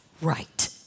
right